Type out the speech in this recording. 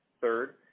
Third